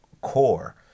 core